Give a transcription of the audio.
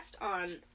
on